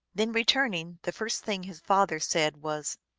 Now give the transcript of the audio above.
then returning, the first thing his father said was,